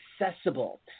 accessible